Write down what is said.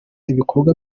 ibikorwa